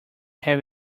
have